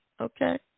okay